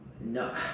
No